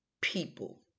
people